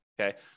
okay